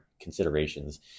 considerations